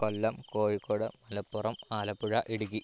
Kollam Kozhikode Malappuram Alappuzha Idukki